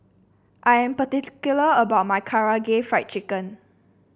I am particular about my Karaage Fried Chicken